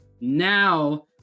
now